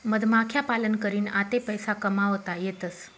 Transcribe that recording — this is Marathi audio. मधमाख्या पालन करीन आते पैसा कमावता येतसं